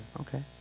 okay